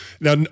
Now